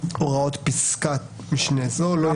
הוראות פסקת משנה זו לא יחולו ---.